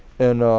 and